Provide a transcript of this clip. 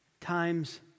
times